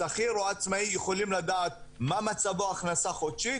שכיר או עצמאי יכולים לדעת מה הכנסתו החודשית,